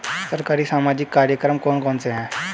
सरकारी सामाजिक कार्यक्रम कौन कौन से हैं?